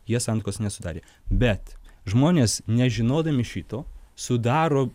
jie santuokos nesudarė bet žmonės nežinodami šito sudaro